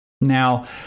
Now